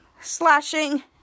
slashing